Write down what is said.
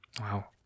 Wow